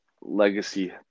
legacy